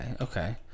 Okay